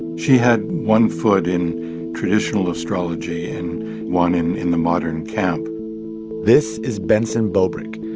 she had one foot in traditional astrology and one in in the modern camp this is benson bobrick.